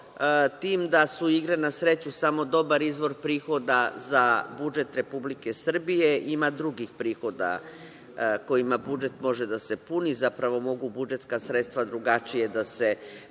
tim da su igre na sreću samo dobar izvor prihoda za budžet Republike Srbije, ima drugih prihoda kojima budžet može da se puni. Zapravo, mogu budžetska sredstva drugačije da se